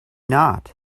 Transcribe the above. not